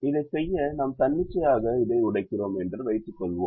இதைச் செய்ய நாம் தன்னிச்சையாக இதை உடைக்கிறோம் என்று வைத்துக் கொள்வோம்